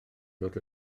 dod